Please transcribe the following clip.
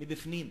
מבפנים,